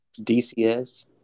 DCS